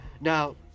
Now